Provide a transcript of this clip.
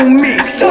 mix